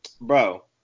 bro